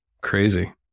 crazy